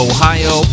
Ohio